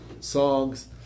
songs